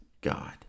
God